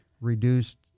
reduced